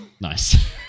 Nice